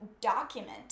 document